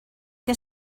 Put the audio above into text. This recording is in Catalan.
que